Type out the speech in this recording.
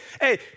hey